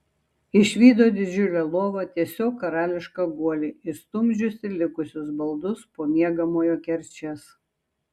išvydo didžiulę lovą tiesiog karališką guolį išstumdžiusį likusius baldus po miegamojo kerčias